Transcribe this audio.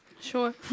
Sure